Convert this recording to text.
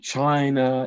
China